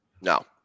no